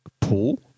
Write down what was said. pool